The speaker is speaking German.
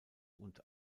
und